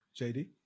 JD